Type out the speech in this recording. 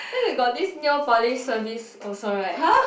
then you got this nail polish service also right